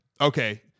Okay